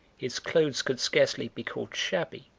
his clothes could scarcely be called shabby,